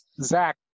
Zach